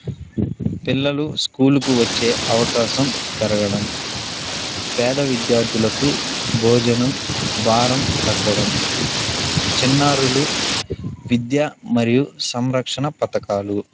పిల్లలు స్కూలుకు వచ్చే అవకాశం పెరగడం పేద విద్యార్థులకు భోజనం భారం తగ్గడం చిన్నారులు విద్య మరియు సంరక్షణ పథకాలు